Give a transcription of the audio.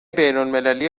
بینالمللی